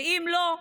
ואם לא,